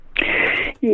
Yes